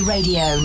Radio